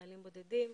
חיילים בודדים.